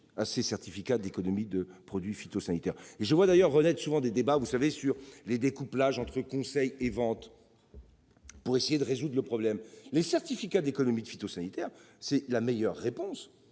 à ces certificats d'économie de produits phytosanitaires. Je vois d'ailleurs renaître souvent des débats sur les découplages entre conseil et vente, afin d'essayer de résoudre le problème. Les certificats d'économie de phytosanitaires sont la meilleure réponse.